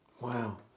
Wow